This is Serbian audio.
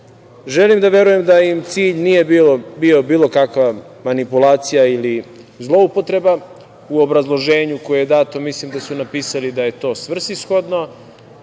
Želim da verujem da im cilj nije bio bilo kakva manipulacija ili zloupotreba. U obrazloženju koje je dato mislim da su napisali da je to svrsishodno.